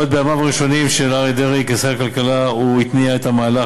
עוד בימיו הראשונים של אריה דרעי כשר הכלכלה הוא התניע את המהלך,